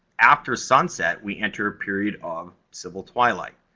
after sunset, we enter a period of civil twilight.